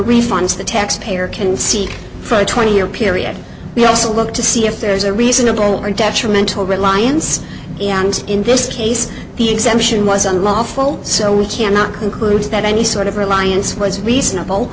refund to the taxpayer can see for a twenty year period they also look to see if there's a reasonable detrimental reliance and in this case the exemption was unlawful so we cannot conclude that any sort of reliance was reasonable